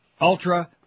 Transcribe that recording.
Ultra